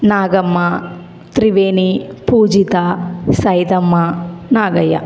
Nagamma Triveni Pujitha Saidamma Nagaiah